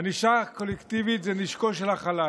ענישה קולקטיבית היא נשקו של החלש,